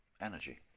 energy